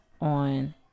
on